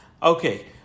Okay